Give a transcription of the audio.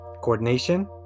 coordination